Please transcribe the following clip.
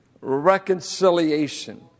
reconciliation